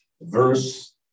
verse